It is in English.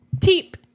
Teep